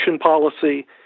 policy